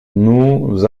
nous